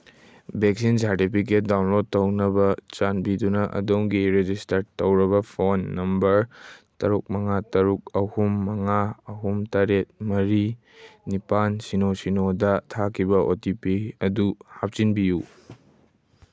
vaccine certificate download ꯇꯧꯅꯕ ꯆꯥꯟꯕꯤꯗꯨꯅ ꯑꯗꯣꯝꯒꯤ ꯔꯦꯖꯤꯁꯇꯔ ꯇꯧꯔꯕ ꯐꯣꯟ ꯅꯝꯕꯔ ꯇꯔꯨꯛ ꯃꯉꯥ ꯇꯔꯨꯛ ꯑꯍꯨꯝ ꯃꯉꯥ ꯑꯍꯨꯝ ꯇꯔꯦꯠ ꯃꯔꯤ ꯅꯤꯄꯥꯟ ꯁꯤꯅꯣ ꯁꯤꯅꯣꯗ ꯊꯥꯈꯤꯕ ꯑꯣ ꯇꯤ ꯄꯤ ꯑꯗꯨ ꯍꯥꯞꯆꯤꯟꯕꯤꯌꯨ